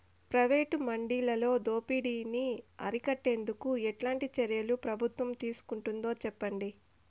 Private మండీలలో దోపిడీ ని అరికట్టేందుకు ఎట్లాంటి చర్యలు ప్రభుత్వం తీసుకుంటుందో చెప్పండి?